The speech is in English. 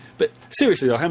but seriously though, um